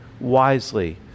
wisely